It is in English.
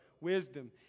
Wisdom